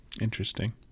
Interesting